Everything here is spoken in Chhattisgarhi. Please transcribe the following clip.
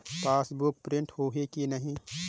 पासबुक प्रिंट होही कि नहीं?